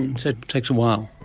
and so it takes a while.